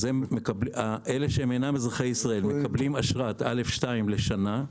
אלה שאינם אזרחי ישראל מקבלים אשרת א2 לשנה.